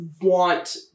want